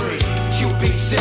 Q-B-C